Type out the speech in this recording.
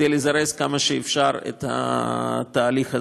כדי לזרז ככל האפשר את התהליך הזה.